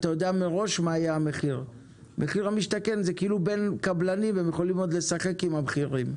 מחיר למשתכן זה בין קבלנים והם יכולים עוד לשחק עם המחירים.